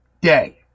day